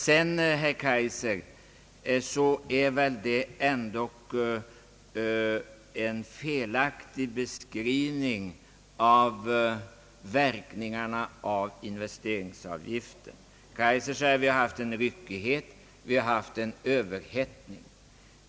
Sedan ger väl ändå herr Kaijser en felaktig beskrivning av verkningarna av investeringsavgiften. Han säger att vi har haft en ryckighet och överhettning.